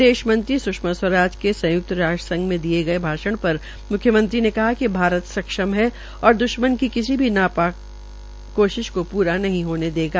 विदेश मंत्री सुषमा स्वराज के संयुक्त राष्ट्र संघ में दिये गये भाषण में म्ख्यमंत्री ने कहा कि भारत सक्षम है और द्श्मन की किसी भी नापाक कोशिश को पूरा नहीं होने देगा